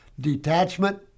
detachment